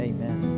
Amen